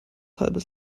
halbes